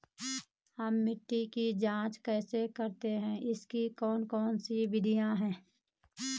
हम मिट्टी की जांच कैसे करते हैं इसकी कौन कौन सी विधियाँ है?